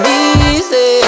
easy